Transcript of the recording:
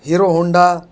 Hero Honda